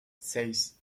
seis